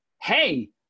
hey